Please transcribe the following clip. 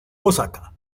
osaka